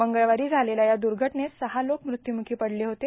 मंगळवारां झालेल्या या दुघटनेत सहा लोक मृत्यूमुखी पडले होते